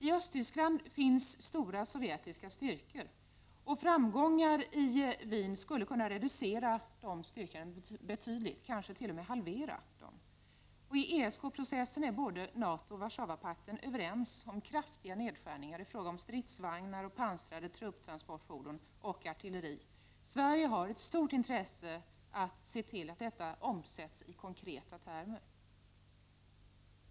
I Östtyskland finns stora sovjetiska styrkor. Framgångar i Wien skulle = Prot. 1989/90:35 kunna reducera styrkorna betydligt, kanske t.o.m. halvera dem. I ESK-pro 29 november 1989 cessen är både NATO och Warszawapakten överens om kraftiga nedskär Nn ningar i fråga om stridsvagnar, pansrade trupptransportfordon samt artilleri. Sverige har ett stort intresse av att se till att detta omsätts i konkreta termer.